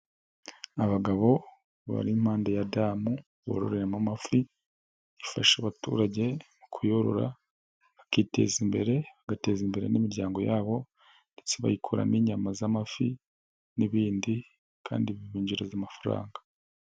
Abagabo bari impande ya damu bororeyemo amafi, ifasha abaturage mu kuyorora bakiteza imbere bagateza imbere n'imiryango yabo. Ndetse bayikuramo inyama z'amafi n'ibindi kandi bibinjiriza amafaranga.